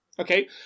Okay